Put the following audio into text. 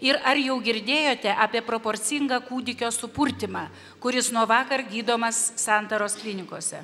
ir ar jau girdėjote apie proporcingą kūdikio supurtymą kuris nuo vakar gydomas santaros klinikose